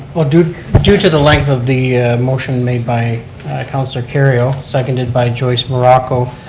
but due due to the length of the motion made by councilor kerrio, seconded by joyce morocco,